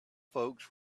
folks